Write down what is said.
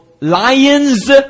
lions